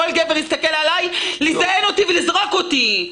כל גבר יסתכל עליי כדי לשכב איתי ולזרוק אותי.